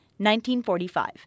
1945